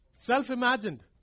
Self-imagined